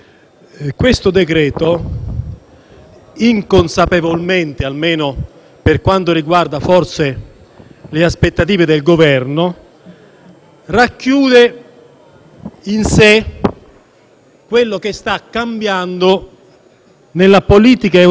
inconsapevolmente, almeno per quanto riguarda forse le aspettative del Governo, racchiude in sé quanto sta cambiando nella politica europea, nella politica internazionale